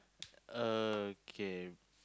uh K